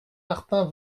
martin